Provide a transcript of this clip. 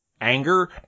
anger